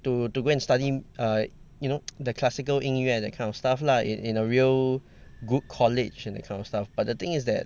to to go and study err you know the classical 音乐 that kind of stuff lah in in a real good college and that kind of stuff but the thing is that